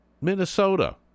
minnesota